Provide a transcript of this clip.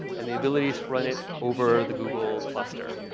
and the ability to run it over the google cluster.